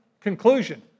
Conclusion